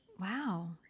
Wow